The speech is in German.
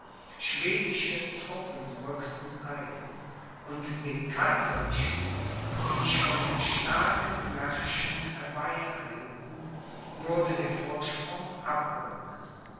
schwedische truppen rückten ein und den kaiserlichen die schon in starken märschen herbeieilten wurde der vorsprung abgewonnen